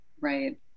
Right